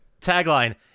Tagline